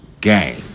game